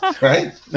Right